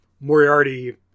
moriarty